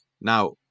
Now